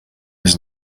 was